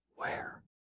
Where